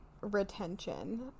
retention